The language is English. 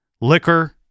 liquor